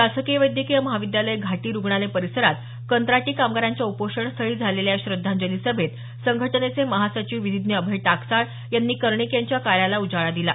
शासकीय वैद्यकीय महाविद्यालय घाटी रुग्णालय परिसरात कंत्राटी कामगारांच्या उपोषण स्थळी झालेल्या या श्रद्धांजली सभेत संघटनेचे महासचिव विधीज्ञ अभय टाकसाळ यांनी कर्णिक यांच्या कार्याला उजाळा दिला